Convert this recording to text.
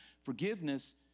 Forgiveness